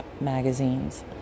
magazines